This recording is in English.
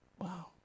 Wow